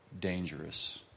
dangerous